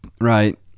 Right